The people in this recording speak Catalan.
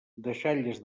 deixalles